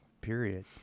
Period